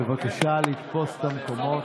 בבקשה לתפוס את המקומות.